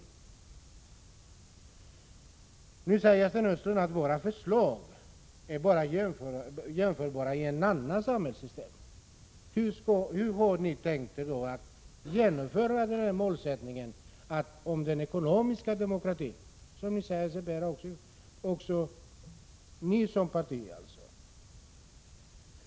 Nu säger Sten Östlund att våra förslag bara är jämförbara i ett annat samhällssystem. Hur har ni då tänkt er att genomföra målsättningen om den ekonomiska demokratin, som även ni som parti säger er företräda?